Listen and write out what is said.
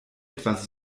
etwas